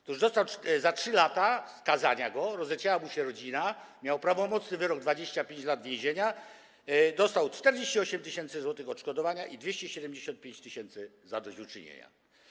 Otóż za 3 lata skazania go, kiedy rozleciała mu się rodzina, miał prawomocny wyrok 25 lat więzienia, dostał 48 tys. odszkodowania i 275 tys. zadośćuczynienia.